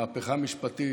מהפכה משפטית,